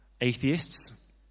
Atheists